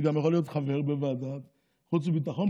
גם יכול להיות חבר בוועדת חוץ וביטחון,